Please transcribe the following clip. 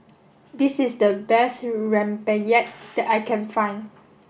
this is the best rempeyek that I can find